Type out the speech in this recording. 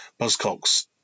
Buzzcocks